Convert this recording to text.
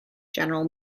general